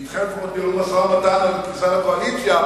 כי אתכם לפחות ניהלו משא-ומתן על כניסה לקואליציה.